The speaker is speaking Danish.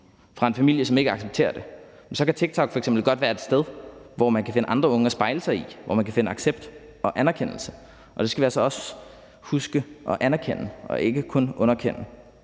fra en familie, som ikke accepterer det? Så kan TikTok f.eks. godt være et sted, hvor man kan finde andre unge at spejle sig i, og hvor man kan finde accept og anerkendelse. Og det skal vi altså også huske at anerkende og ikke kun underkende.